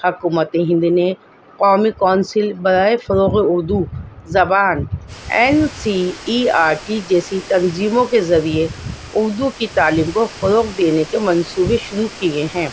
حکومت ہند نے قومی کونسل برائے فروغ اردو زبان N C E R T جیسی تنظیموں کے ذریعے اردو کی تعلیم کو فروغ دینے کے منصوبے شروع کیے ہیں